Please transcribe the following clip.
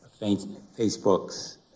Facebook's